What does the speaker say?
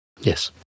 Yes